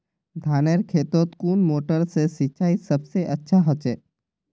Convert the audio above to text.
धानेर खेतोत कुन मोटर से सिंचाई सबसे अच्छा होचए?